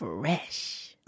Fresh